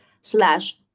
slash